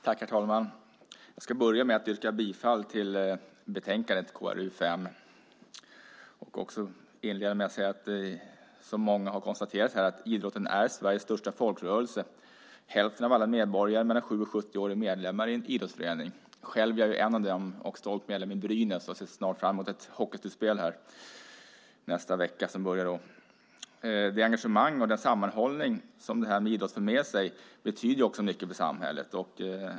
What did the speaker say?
Herr talman! Jag ska börja med att yrka bifall till utskottets förslag i betänkande KrU5. Som många här har konstaterat är idrotten Sveriges största folkrörelse. Hälften av alla medborgare mellan 7 och 70 år är medlemmar i en idrottsförening. Jag är själv en av dessa - jag är stolt medlem i Brynäs och ser fram emot det hockeyslutspel som börjar nästa vecka. Det engagemang och den sammanhållning som idrotten för med sig betyder mycket för samhället.